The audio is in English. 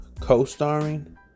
co-starring